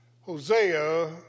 Hosea